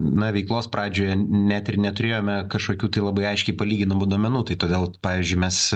na veiklos pradžioje net ir neturėjome kažkokių tai labai aiškiai palyginamų duomenų tai todėl pavyzdžiui mes